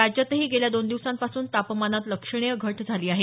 राज्यातही गेल्या दोन दिवसांपासून तापमानात लक्षणीय घट झाली आहे